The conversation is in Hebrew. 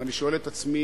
ואני שואל את עצמי: